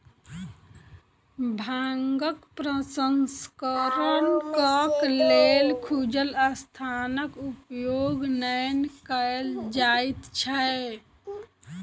भांगक प्रसंस्करणक लेल खुजल स्थानक उपयोग नै कयल जाइत छै